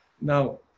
Now